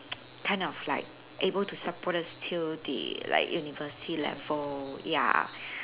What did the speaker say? kind of like able to support us till the like university level ya